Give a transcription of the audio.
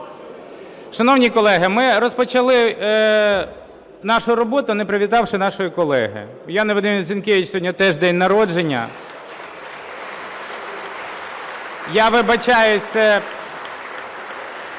Шановні колеги, ми розпочали нашу роботу, не привітавши нашої колеги. У Яни Вадимівни Зінкевич сьогодні теж день народження. (Оплески)